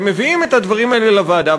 ומביאים את הדברים האלה לוועדה,